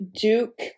Duke